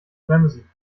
bremsen